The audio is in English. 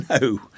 No